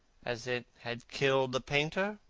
as it had killed the painter,